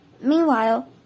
Meanwhile